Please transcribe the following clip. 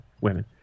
women